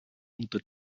unter